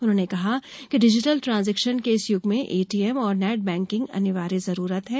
उन्होंने कहा कि डिजिटल ट्रांजेक्शन के इस युग मे एटीएम ओर नेट बैंकिंग अनिवार्य जरूरत है